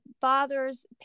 father's